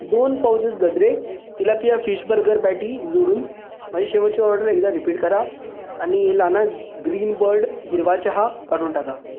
दोन pouches Gadre tilapia fish burger patty जोडून माझी शेवटची ऑर्डर एकदा रिपीट करा आणि लाना ग्रीनबर्ड हिरवा चहा काढून टाका